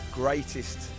greatest